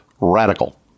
radical